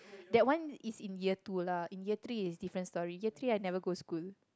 that one is in year two lah in year three is different story year three I never go school